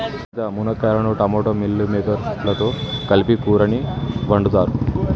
సీత మునక్కాయలను టమోటా మిల్ మిల్లిమేకేర్స్ లతో కలిపి కూరని వండుతారు